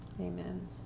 Amen